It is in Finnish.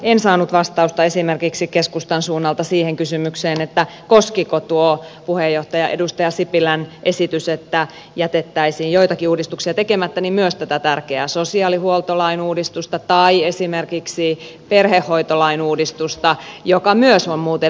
en saanut vastausta esimerkiksi keskustan suunnalta siihen kysymykseen koskiko tuo puheenjohtaja edustaja sipilän esitys että jätettäisiin joitakin uudistuksia tekemättä myös tätä tärkeää sosiaalihuoltolain uudistusta tai esimerkiksi perhehoitolain uudistusta joka myös on muuten vireillä